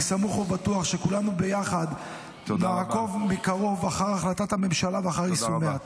אני סמוך ובטוח שכולנו ביחד נעקוב מקרוב אחר החלטת הממשלה ואחר יישומיה.